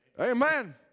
Amen